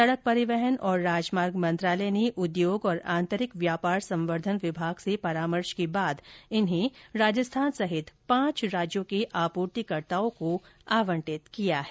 सड़क परिवहन और राजमार्ग मंत्रालय ने उद्योग और आंतरिक व्यापार संवर्धन विभाग से परामर्श के बाद इन्हें राजस्थान सहित पांच राज्यों के आपूर्तिकर्ताओं को आवंटित किया है